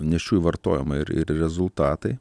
nėščiųjų vartojamą ir ir rezultatai